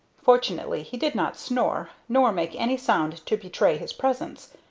fortunately he did not snore, nor make any sound to betray his presence,